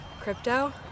Crypto